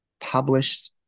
published